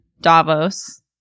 Davos